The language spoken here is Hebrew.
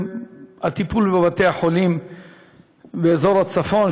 והטיפול בבתי-החולים באזור הצפון,